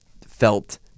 felt